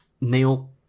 Neil